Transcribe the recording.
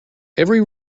every